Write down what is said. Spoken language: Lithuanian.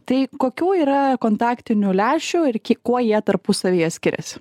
tai kokių yra kontaktinių lęšių ir kuo jie tarpusavyje skiriasi